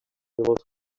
reading